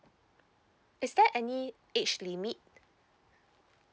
is there any age limit